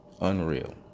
Unreal